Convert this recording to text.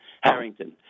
Harrington